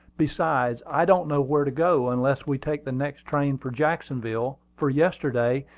besides, i don't know where to go, unless we take the next train for jacksonville for yesterday,